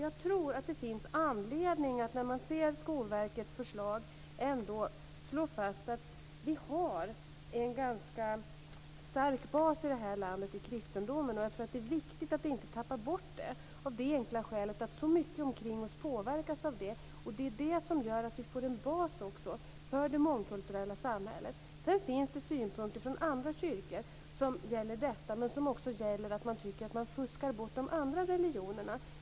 Jag tror att det finns anledning, när man ser Skolverkets förslag, att ändå slå fast att vi har en ganska stark bas i det här landet i kristendomen. Det är viktigt att inte tappa bort det, av det enkla skälet att så mycket omkring oss påverkas av det. Det är det som gör att vi får en bas för det mångkulturella samhället. Sedan finns det synpunkter från andra kyrkor som gäller detta men som också gäller att man tycker att man fuskar bort de andra religionerna.